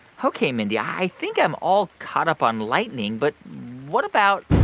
ok, mindy, i think i'm all caught up on lightning. but what about.